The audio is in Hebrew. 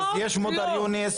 מודר יונס,